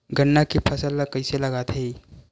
गन्ना के फसल ल कइसे लगाथे?